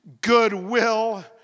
goodwill